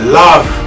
love